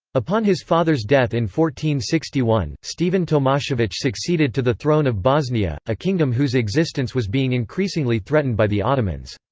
upon his father's death in sixty one, stephen tomasevic succeeded to the throne of bosnia, a kingdom whose existence was being increasingly threatened by the ottomans.